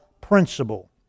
principle